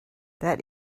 that